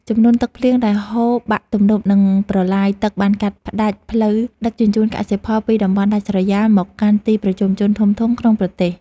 ជំនន់ទឹកភ្លៀងដែលហូរបាក់ទំនប់និងប្រឡាយទឹកបានកាត់ផ្តាច់ផ្លូវដឹកជញ្ជូនកសិផលពីតំបន់ដាច់ស្រយាលមកកាន់ទីប្រជុំជនធំៗក្នុងប្រទេស។